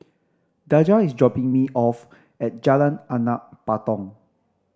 Daja is dropping me off at Jalan Anak Patong